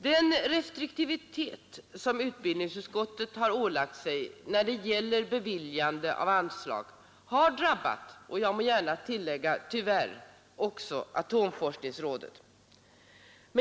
Den hårda restriktivitet som utbildningsutskottet ålagt sig när det gäller beviljande av anslag har tyvärr drabbat även atomforskningsrådet.